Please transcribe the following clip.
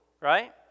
Right